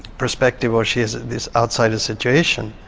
perspective, or she has this outsider situation,